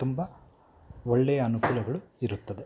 ತುಂಬ ಒಳ್ಳೆಯ ಅನುಕೂಲಗಳು ಇರುತ್ತದೆ